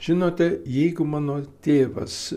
žinote jeigu mano tėvas